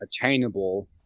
attainable